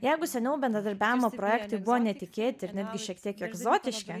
jeigu seniau bendradarbiavimo projektai buvo netikėti ir net šiek tiek egzotiški